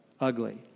Ugly